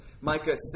Micah